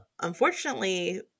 unfortunately